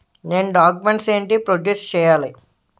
నేను డాక్యుమెంట్స్ ఏంటి ప్రొడ్యూస్ చెయ్యాలి?